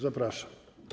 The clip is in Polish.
Zapraszam.